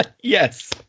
Yes